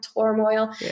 turmoil